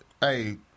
Hey